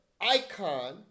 icon